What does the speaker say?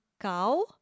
cow